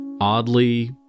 oddly